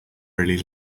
really